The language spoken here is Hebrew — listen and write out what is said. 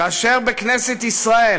כאשר בכנסת ישראל